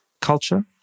culture